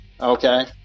okay